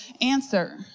answer